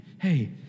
hey